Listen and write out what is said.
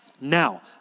Now